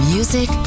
Music